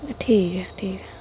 ठीक ऐ ठीक ऐ